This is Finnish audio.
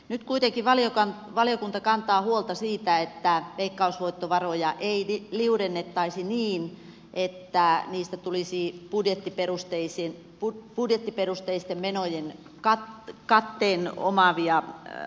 nyt kuitenkin valiokunta kantaa huolta siitä että veikkausvoittovaroja ei liudennettaisi niin että niistä tulisi budjettiperusteisten menojen katteen omaavia asioita